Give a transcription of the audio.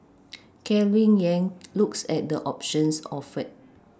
Calvin Yang looks at the options offered